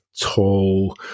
tall